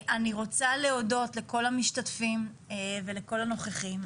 אני רוצה להודות לכל המשתתפים ולכל הנוכחים.